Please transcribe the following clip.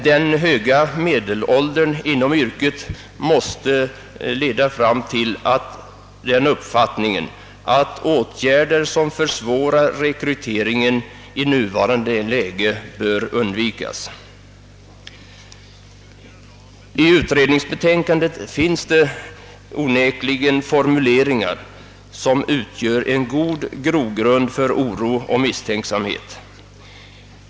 Den höga medelåldern inom yrket måste leda till uppfattningen, att åtgärder, som försvårar rekryteringen, i nuvarande läge bör undvikas. I utredningsbetänkandet finns onekligen formuleringar som utgör en god grogrund för oro och misstänksamhet.